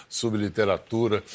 subliteratura